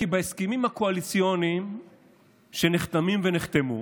כי בהסכמים הקואליציוניים שנחתמים ונחתמו